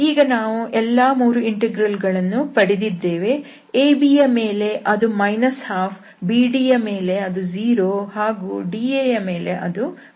ಈಗ ನಾವು ಎಲ್ಲಾ 3 ಇಂಟೆಗ್ರಲ್ ಗಳನ್ನು ಪಡೆದಿದ್ದೇವೆ ABಯ ಮೇಲೆ ಅದು 12 BD ಯ ಮೇಲೆ ಅದು 0 ಹಾಗೂ DA ಮೇಲೆ ಅದು 12